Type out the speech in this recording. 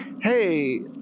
Hey